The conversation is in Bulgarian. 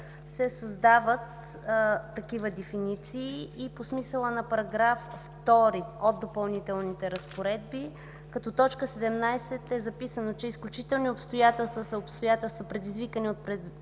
се създават такива дефиниции и по смисъла на § 2 от Допълнителните разпоредби като т. 17 е записано: „Изключителни обстоятелства” са обстоятелствата, предизвикани от непредвидими